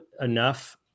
enough